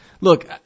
Look